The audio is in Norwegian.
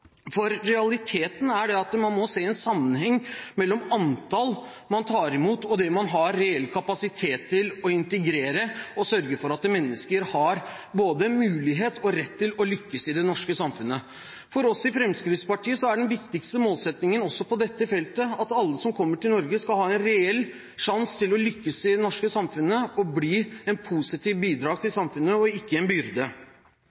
Realiteten er at man må se en sammenheng mellom det antallet man tar imot, og det antallet man har reell kapasitet til å integrere, og dermed sørge for at mennesker har både mulighet og rett til å lykkes i det norske samfunnet. For oss i Fremskrittspartiet er den viktigste målsettingen også på dette feltet at alle som kommer til Norge, skal ha en reell sjanse til å lykkes i det norske samfunnet, til å bli et positivt bidrag til